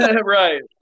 right